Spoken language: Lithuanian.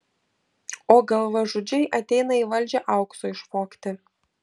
o galvažudžiai ateina į valdžią aukso išvogti